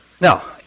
Now